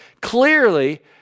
Clearly